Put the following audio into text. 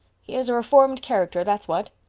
he is a reformed character, that's what.